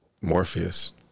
morpheus